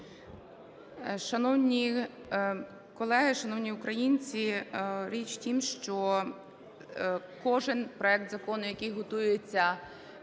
Шановні колеги, шановні українці, річ в тім, що кожен проект закону, який готується